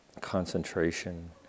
concentration